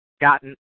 gotten